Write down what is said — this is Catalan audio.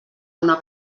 una